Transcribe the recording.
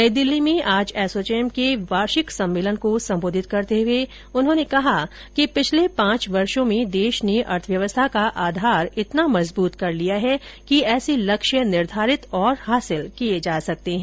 नई दिल्ली में आज एसोचेम के वार्षिक सम्मेलन को संबोधित करते हुए उन्होंने कहा कि पिछले पांच वर्ष मे देश ने अर्थव्यवस्था का आधार इतना मजबूत कर लिया है कि ऐसे लक्ष्य निर्धारित और हासिल किये जा सकते हैं